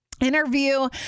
interview